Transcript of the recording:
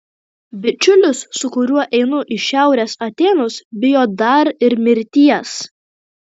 bičiulis su kuriuo einu į šiaurės atėnus bijo dar ir mirties